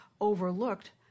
overlooked